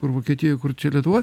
kur vokietijoj kur čia lietuva